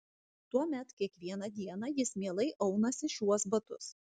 tuomet kiekvieną dieną jis mielai aunasi šiuos batus